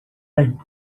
bem